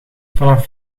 vanaf